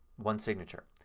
one signature.